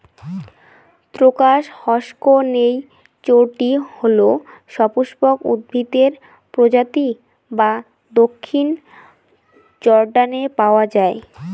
crocus হসকনেইচটি হল সপুষ্পক উদ্ভিদের প্রজাতি যা দক্ষিণ জর্ডানে পাওয়া য়ায়